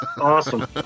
awesome